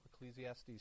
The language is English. Ecclesiastes